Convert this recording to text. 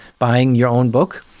buying your own book,